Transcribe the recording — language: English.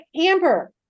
Amber